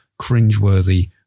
cringeworthy